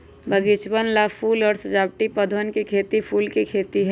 बगीचवन ला फूल और सजावटी पौधवन के खेती फूल के खेती है